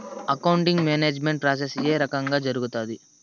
accounting management process ఏ రకంగా జరుగుతాది